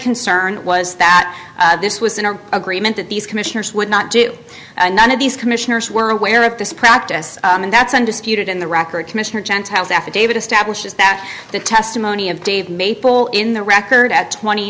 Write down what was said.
concern was that this was an agreement that these commissioners would not do and none of these commissioners were aware of this practice and that's undisputed in the record commissioner gentile's affidavit establishes that the testimony of dave maple in the record at twenty